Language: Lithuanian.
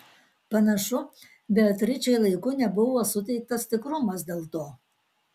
panašu beatričei laiku nebuvo suteiktas tikrumas dėl to